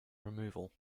removal